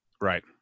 Right